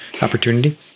opportunity